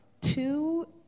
two